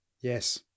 Yes